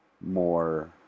more